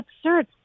absurd